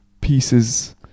pieces